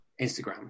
Instagram